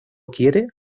quiere